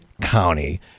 County